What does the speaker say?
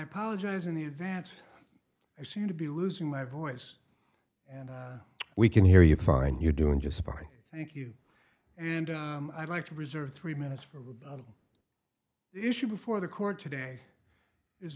apologize in advance i seem to be losing my voice and we can hear you fine you're doing just fine thank you and i'd like to reserve three minutes for rebuttal issue before the court today is